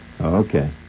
Okay